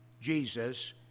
Jesus